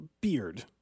beard